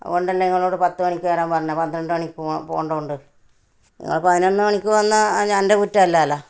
അതുകൊണ്ടല്ലേ നിങ്ങളോട് പത്ത് മണിക്ക് വരാന് പറഞ്ഞത് പന്ത്രണ്ട് മണിക്ക് പോ പോകേണ്ടതുകൊണ്ട് നിങ്ങൾ പതിനൊന്ന് മണിക്ക് വന്നാൽ ഞാൻ എന്റെ കുറ്റമല്ലല്ലോ